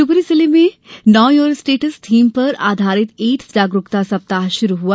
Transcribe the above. शिवपुरी जिले में know your status theme पर आधारित एड्स जागरूकता सप्ताह शुरू हुआ